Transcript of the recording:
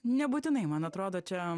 nebūtinai man atrodo čia